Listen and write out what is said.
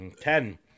Ten